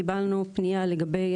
קיבלנו פנייה לגבי